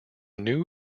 new